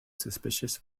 suspicious